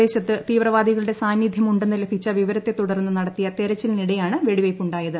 പ്രദേശത്ത് തീവ്രവാദികളുടെ സാന്നിദ്ധ്യമുണ്ടെന്ന് ലഭിച്ച വിവരത്തെ തുടർന്ന് നടത്തിയ തെരച്ചിലിനിടെയാണ് വെടിവയ്പ് ഉണ്ടായത്